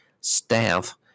staff